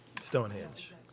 Stonehenge